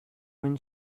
when